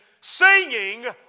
Singing